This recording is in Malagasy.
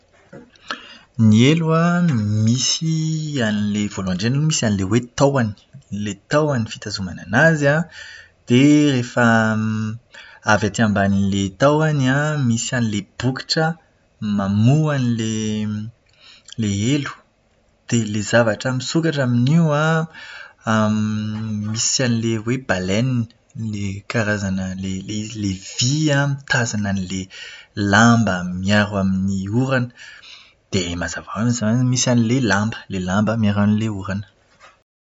Ny elo an, misy, voalohany indrindra aloha misy an'ilay hoe tahony. Ilay tahony fitazomana anazy an, dia rehefa avy aty ambanin'ilay tahony an, misy an'ilay bokotra mamoha an'ilay ilay elo. Dia ilay zavatra misokatra amin'io an, misy an'ilay hoe "baleine". Karazana ilay aily vy an mitazaona an'ilay lamba miaro amin'ny orana. Dia mazava ho azy izany misy an'ilay lamba. Ilay lamba miaro amin'ilay orana.